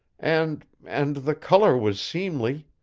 and. and the color was seemly.